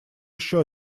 еще